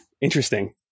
interesting